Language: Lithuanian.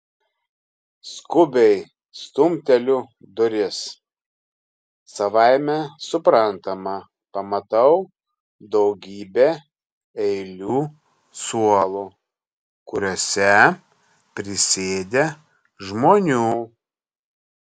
skubiai stumteliu duris savaime suprantama pamatau daugybę eilių suolų kuriuose prisėdę žmonių